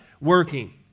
Working